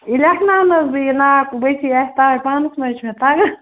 یہِ لٮ۪کھٕناونہٕ حظ بہٕ یہِ ناو بٔچی اَتھِ تَوَے پانَس مہٕ حظ چھِ مےٚ تَگان